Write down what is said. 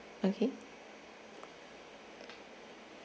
okay